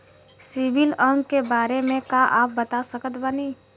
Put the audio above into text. CIBIL अंक के बारे मे का आप बता सकत बानी?